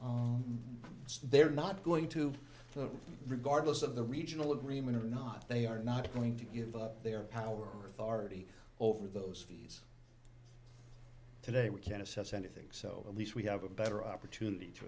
they're not going to regardless of the regional agreement or not they are not going to give up their power or authority over those fees today we can assess anything so at least we have a better opportunity to